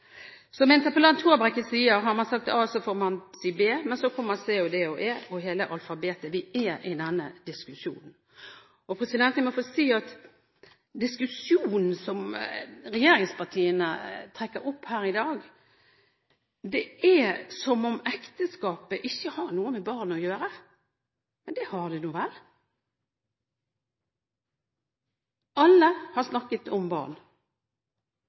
Som interpellanten, Håbrekke, sier: Har man sagt a, så får man si b. Men så kommer c, d og e og hele alfabetet. Vi er i denne diskusjonen. Diskusjonen som regjeringspartiene trekker opp her i dag, er som om ekteskapet ikke har noe med barn å gjøre, men det har det nå vel – alle har snakket om barn.